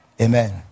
Amen